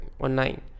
Online